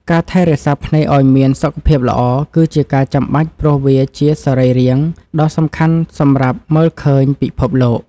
ការថែរក្សាភ្នែកឱ្យមានសុខភាពល្អគឺជាការចាំបាច់ព្រោះវាជាសរីរាង្គដ៏សំខាន់សម្រាប់មើលឃើញពិភពលោក។